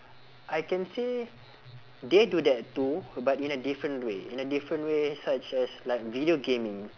I can say they do that too but in a different way in a different way such as like video gaming